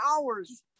hours